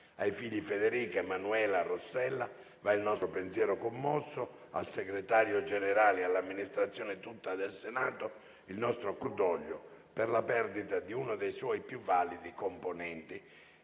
Ai figli Federica, Emanuele e Rossella va il nostro pensiero commosso, al Segretario Generale e all'Amministrazione tutta del Senato il nostro cordoglio per la perdita di uno dei suoi più validi componenti.